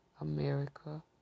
America